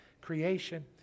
creation